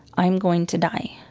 i'm going to die.